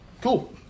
Cool